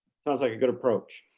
sounds like a good approach.